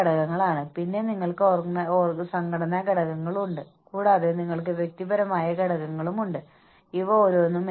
അതുകൊണ്ട് തന്നെ ടീമിന് നേട്ടമുണ്ടാകുമെന്നതാണ് ഇതിലെ ഏറ്റവും വലിയ പോരായ്മ